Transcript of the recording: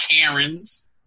Karens